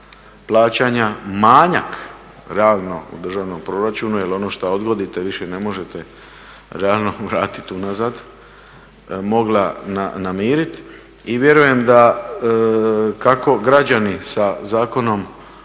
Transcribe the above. plaćanja manjak ravno u državnom proračunu, jer ono što odgodite više ne možete realno vratiti unazad, mogla namirit. I vjerujem da kako građani sa Zakonom